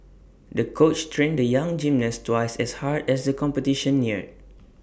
the coach trained the young gymnast twice as hard as the competition neared